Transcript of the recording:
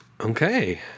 Okay